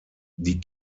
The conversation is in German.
die